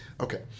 okay